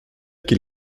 qu’il